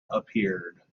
appeared